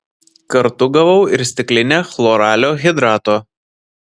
kartu gavau ir stiklinę chloralio hidrato